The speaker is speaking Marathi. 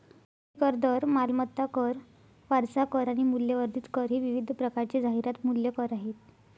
विक्री कर, दर, मालमत्ता कर, वारसा कर आणि मूल्यवर्धित कर हे विविध प्रकारचे जाहिरात मूल्य कर आहेत